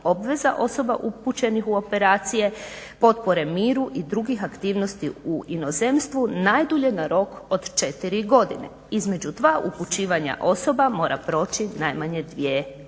obveza osoba upućenih u operacije, potpore miru i drugih aktivnosti u inozemstvu najdulje na rok od 4 godine. Između dva upućivanja osoba mora proći najmanje 2 godine.